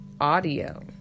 audio